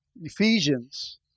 Ephesians